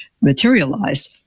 materialized